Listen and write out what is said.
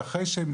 ואחרי שהם